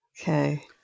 Okay